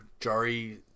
Jari